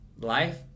life